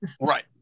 right